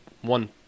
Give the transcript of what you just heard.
one